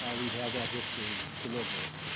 ah we'd have that history to live with.